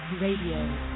Radio